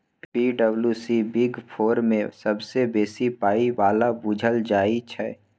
पी.डब्ल्यू.सी big four मे सबसँ बेसी पाइ बला बुझल जाइ छै